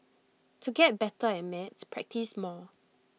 to get better at maths practise more